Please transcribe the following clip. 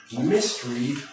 mystery